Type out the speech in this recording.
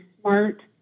smart